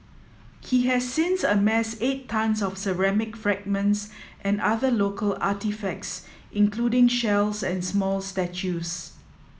he has since amassed eight tonnes of ceramic fragments and other local artefacts including shells and small statues